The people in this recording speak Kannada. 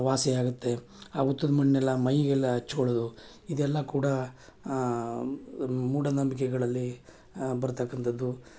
ವಾಸಿ ಆಗುತ್ತೆ ಆ ಹುತ್ತದ ಮಣ್ಣು ಎಲ್ಲ ಮೈಗೆಲ್ಲ ಹಚ್ಕೊಳ್ಳೋದು ಇದು ಎಲ್ಲ ಕೂಡ ಮೂಢನಂಬಿಕೆಗಳಲ್ಲಿ ಬರತಕ್ಕಂಥದ್ದು